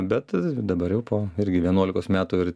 bet dabar jau po irgi vienuolikos metų ir